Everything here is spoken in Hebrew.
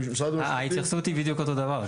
ומשרד המשפטים --- ההתייחסות היא בדיוק אותו דבר.